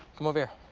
come over here.